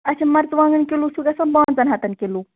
اَچھا مرژٕ وانٛگن کِلوٗ چھُ گَژھان پانٛژن ہَتن کِلوٗ